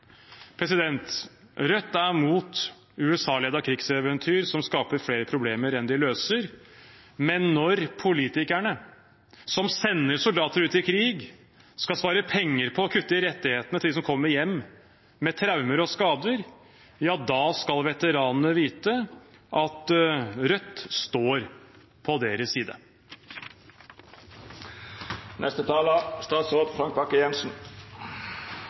Rødt er imot USA-ledede krigseventyr, som skaper flere problemer enn de løser. Men når politikerne som sender soldater ut i krig, skal spare penger på å kutte i rettighetene til dem som kommer hjem med traumer og skader, ja, da skal veteranene vite at Rødt står på deres side.